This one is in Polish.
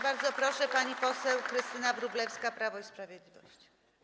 Bardzo proszę, pani poseł Krystyna Wróblewska, Prawo i Sprawiedliwość.